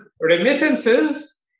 remittances